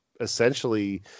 essentially